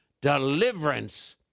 deliverance